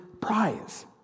prize